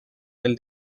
del